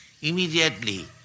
immediately